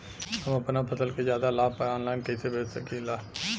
हम अपना फसल के ज्यादा लाभ पर ऑनलाइन कइसे बेच सकीला?